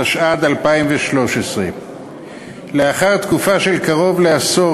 התשע"ד 2013. לאחר תקופה של קרוב לעשור